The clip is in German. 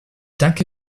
danke